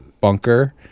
bunker